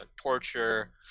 torture